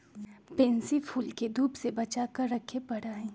pansy फूल के धूप से बचा कर रखे पड़ा हई